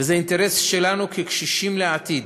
וזה אינטרס שלנו כקשישים לעתיד